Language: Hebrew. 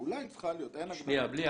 אולי צריכה להיות אבל אין הגדרה כזאת.